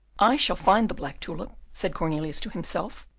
i shall find the black tulip, said cornelius to himself,